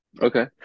okay